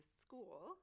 school